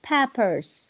Peppers